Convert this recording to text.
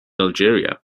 algeria